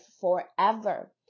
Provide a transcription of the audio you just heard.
forever